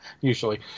Usually